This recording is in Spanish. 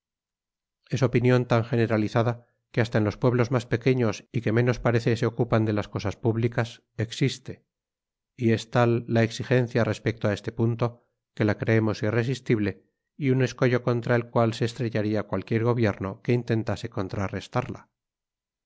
es opinión tan generalizada que hasta en los pueblos más pequeños y que menos parece se ocupan de las cosas públicas existe y es tal la exigencia respecto a este punto que la creemos irresistible y un escollo contra el cual se estrellaría cualquier gobierno que intentase contrarrestarla